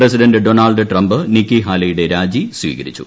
president Donald Trump Nikki ഹാലെയുടെ രാജി സ്വീകരിച്ചു